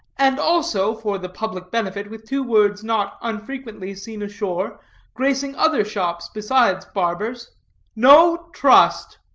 and also, for the public benefit, with two words not unfrequently seen ashore gracing other shops besides barbers' no trust.